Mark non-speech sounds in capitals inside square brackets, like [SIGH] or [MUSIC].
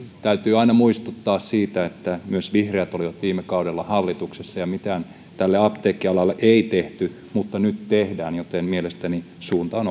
täytyy aina muistuttaa siitä että myös vihreät olivat viime kaudella hallituksessa ja mitään tälle apteekkialalle ei tehty mutta nyt tehdään joten mielestäni suunta on [UNINTELLIGIBLE]